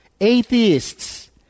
Atheists